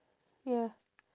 ya